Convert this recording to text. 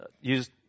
use